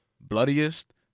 Bloodiest